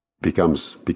becomes